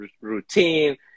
routine